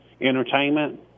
entertainment